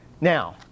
Now